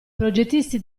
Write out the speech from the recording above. progettisti